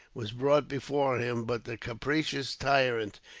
was brought before him but the capricious tyrant,